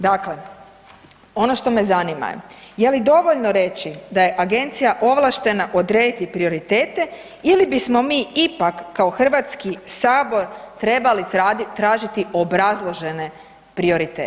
Dakle, ono što me zanima je, je li dovoljno reći da je agencija ovlaštena odrediti prioritete ili bismo mi ipak kao Hrvatski sabor trebali tražiti obrazložene prioritete?